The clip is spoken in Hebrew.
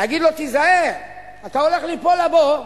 להגיד לו: תיזהר, אתה הולך ליפול לבור.